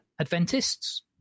Adventists